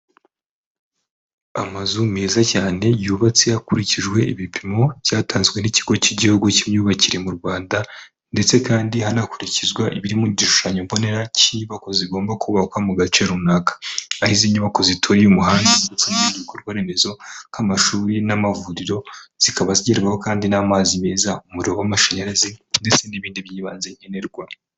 Amazu meza cyane y'ubatse hakurikijwe ibipimo cyatanzwe n'ikigo cy'igihugu cy'imyubakire mu Rwanda ndetse kandi hanakurikizwa ibiri mu gishushanyo mbonera cy'inyubako zigomba kubakwa mu gace runaka arizo nyubako zituriye umuhanda ibikorwa remezo nk'amashuri n'amavuriro zikaba zigererwaho kandi n'amazi meza mu mashanyarazi ndetse n'ibindi by'ibanze nkenerwa.